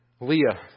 Leah